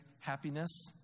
happiness